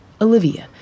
Olivia